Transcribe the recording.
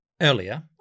Earlier